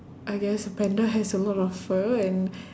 I guess a panda has a lot of fur and